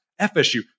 FSU